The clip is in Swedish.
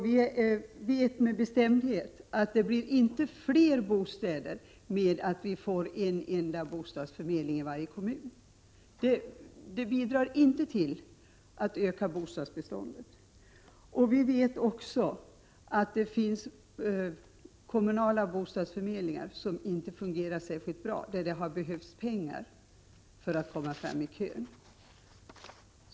Vi vet med bestämdhet att det inte blir fler bostäder genom att det inrättas en bostadsförmedling i varje kommun — det bidrar inte till att öka bostadsbeståndet. Det finns kommunala bostadsförmedlingar, som inte fungerar särskilt bra, där det behövs pengar för att komma fram i kön.